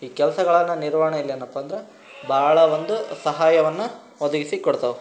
ಈ ಕೆಲಸಗಳನ್ನ ನಿರ್ವಹಣೆಯಲ್ಲೇನಪ್ಪ ಅಂದ್ರೆ ಭಾಳ ಒಂದು ಸಹಾಯವನ್ನು ಒದಗಿಸಿ ಕೊಡ್ತಾವೆ